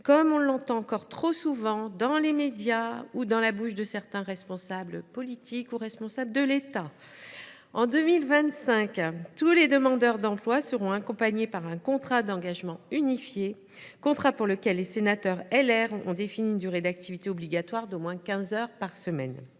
comme on l’entend encore trop souvent dans les médias ou dans la bouche de certains responsables politiques, y compris au sommet de l’État. En 2025, tous les demandeurs d’emploi seront accompagnés par un contrat d’engagement unifié, contrat pour lequel les sénateurs du groupe Les Républicains ont défini une durée d’activité obligatoire d’au moins quinze heures par semaine.